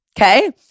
Okay